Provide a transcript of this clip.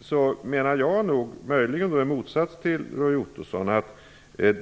Jag menar, möjligen i motsats till Roy Ottosson, att